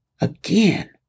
Again